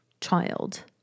child